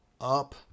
up